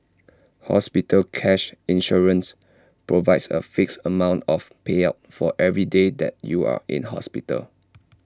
hospital cash insurance provides A fixed amount of payout for every day that you are in hospital